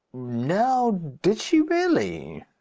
now, did she really?